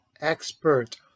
Expert